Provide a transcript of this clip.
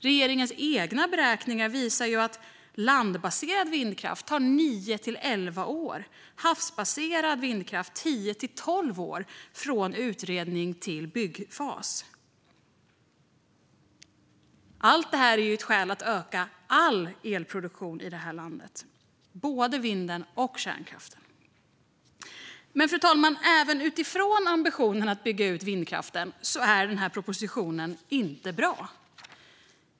Regeringens egna beräkningar visar att det för landbaserad vindkraft tar nio till elva år och för havsbaserad vindkraft tio till tolv år från utredning till byggfas. Allt detta är ett skäl att öka all elproduktion i det här landet - både vinden och kärnkraften. Fru talman! Men propositionen är inte heller bra utifrån ambitionen att bygga ut vindkraften.